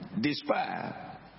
despair